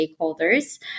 stakeholders